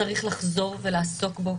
וצריך לחזור ולעסוק בו,